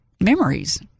memories